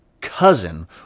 cousin